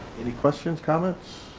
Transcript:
any questions, comments?